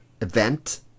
event